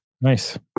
Nice